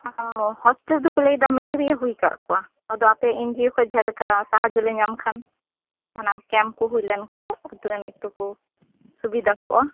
ᱚᱻ ᱦᱚᱥᱯᱤᱴᱟᱞ ᱨᱮᱫᱚ ᱠᱚ ᱞᱟᱹᱭ ᱮᱫᱟ ᱢᱮᱞᱮᱨᱤᱭᱟᱹ ᱦᱩᱭᱟᱠᱟᱫ ᱠᱚᱣᱟ ᱟᱫᱚ ᱟᱯᱮ ᱮᱱ ᱡᱤ ᱳ ᱠᱷᱚᱡ ᱡᱟᱦᱟᱸ ᱞᱮᱠᱟ ᱥᱟᱦᱟᱡᱽᱡᱚ ᱞᱮ ᱧᱟᱢ ᱠᱷᱟᱱ ᱡᱟᱦᱟᱸᱱᱟᱜ ᱠᱮᱢᱯ ᱠᱚ ᱦᱩᱭ ᱞᱮᱱ ᱠᱷᱟᱱ ᱟᱹᱛᱩ ᱨᱮᱱ ᱮᱠᱴᱩᱠᱩ ᱥᱩᱵᱤᱫᱟ ᱠᱚᱜᱼᱟ